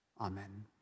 Amen